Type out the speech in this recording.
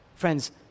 Friends